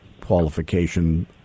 qualification